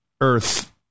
earth